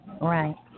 Right